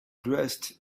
dressed